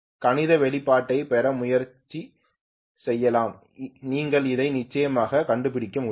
நீங்கள் கணித வெளிப்பாட்டைப் பெற முயற்சி செய்யலாம் நீங்கள் அதை நிச்சயமாக கண்டுபிடிக்க முடியும்